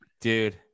dude